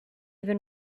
even